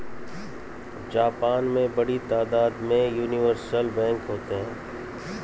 Japan में बड़ी तादाद में यूनिवर्सल बैंक होते हैं